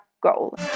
goal